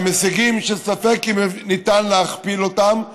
עם הישגים שספק אם אפשר להכפיל אותם,